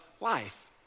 life